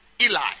Eli